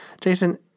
Jason